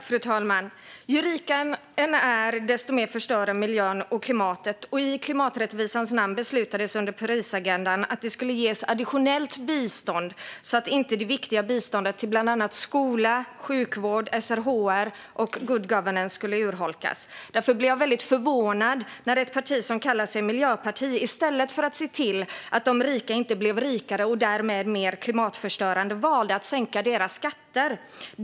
Fru talman! Ju rikare en är, desto mer förstör en klimatet. I klimaträttvisans namn beslutades i Parisagendan att det skulle ges additionellt bistånd så att inte det viktiga biståndet till bland annat skola, sjukvård, SRHR och good governance skulle urholkas. Därför blev jag väldigt förvånad när ett parti som kallar sig miljöparti i stället för att se till att de rika inte blev rikare och därmed mer klimatförstörande valde att sänka deras skatter.